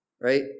Right